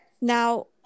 Now